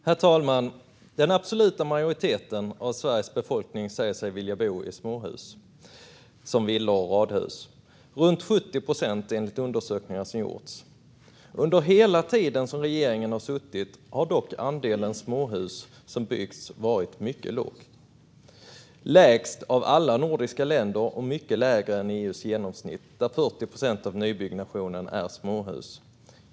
Herr talman! Den absoluta majoriteten av Sveriges befolkning säger sig vilja bo i småhus, som villa och radhus. Enligt undersökningar som gjorts är det runt 70 procent. Under hela tiden som regeringen har suttit vid makten har dock andelen småhus som byggts varit mycket låg. Den är lägst av alla nordiska länder och mycket lägre än EU:s genomsnitt där 40 procent av nybyggnationen är småhus.